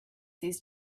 these